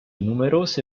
numerose